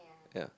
yeah